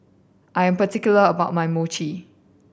I am particular about my Mochi